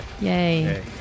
Yay